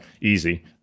Easy